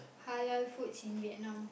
Halal foods in Vietnam